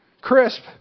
crisp